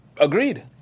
Agreed